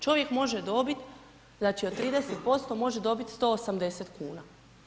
Čovjek može dobit znači od 30% može dobit 180 kuna.